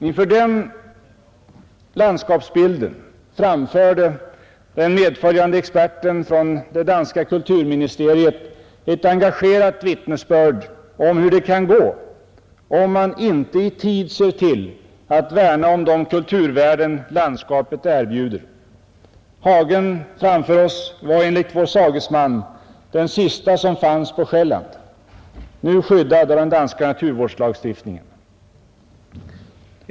Inför denna landskapsbild framförde den medföljande experten från det danska kulturministeriet ett engagerat vittnesbörd om hur det kan gå om man inte i tid ser till att värna om de kulturvärden landskapet erbjuder. Hagen framför oss var enligt vår sagesman den sista som fanns på Själland, nu skyddad av den danska naturvårdslagstiftningen.